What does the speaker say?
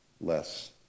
less